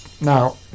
now